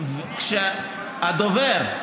הדובר,